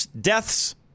deaths